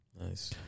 Nice